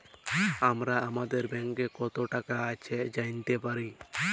আমরা আমাদের ব্যাংকে কত টাকা আছে জাইলতে পারি